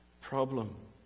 problem